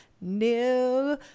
new